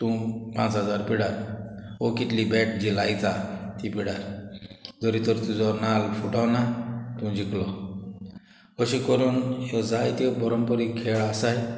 तूं पांच हजार पिडार वो कितली बॅट जी लायता ती पिडार जोरी तोर तुजो नाल्ल फुटोना तूं जिकलो ओश्यो करून ह्यो जायत्यो परंपरीक खेळ आसाय